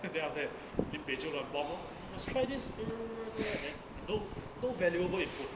then after that 被就 lah bomb orh must try this then no no valuable input